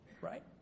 right